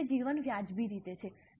તે માટે જીવન વ્યાજબી રીતે છે